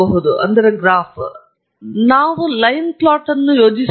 ಆದ್ದರಿಂದ ನಾವು line plot ಅನ್ನು ಯೋಜಿಸುತ್ತೇವೆ